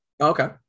Okay